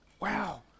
wow